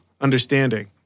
understanding